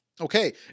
Okay